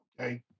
okay